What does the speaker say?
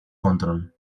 control